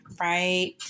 right